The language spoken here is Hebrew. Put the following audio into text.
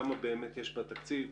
כמה באמת יש בתקציב,